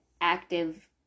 active